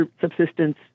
subsistence